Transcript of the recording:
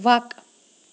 وق